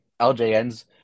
LJNs